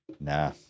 nah